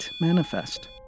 manifest